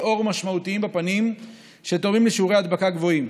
עור משמעותיים בפנים שתורמים לשיעורי הדבקה גבוהים.